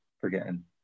Forgetting